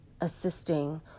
assisting